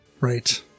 Right